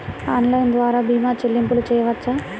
Online ద్వార భీమా చెల్లింపులు చేయవచ్చా?